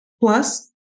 plus